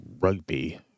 rugby